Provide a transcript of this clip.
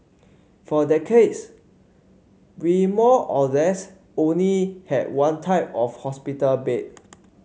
for decades we more or less only had one type of hospital bed